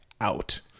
out